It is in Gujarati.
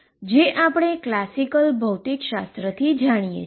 જે આપણે ક્લાસિકલ ભૌતિકશાસ્ત્રથી જાણીએ છીએ